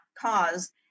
cause